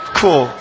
cool